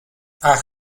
ach